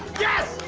yes,